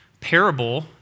parable